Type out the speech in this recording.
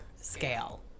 scale